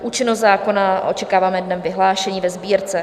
Účinnost zákona očekáváme dnem vyhlášení ve Sbírce.